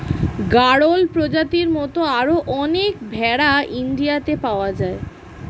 গাড়ল প্রজাতির মত আরো অনেক ভেড়া ইন্ডিয়াতে পাওয়া যায়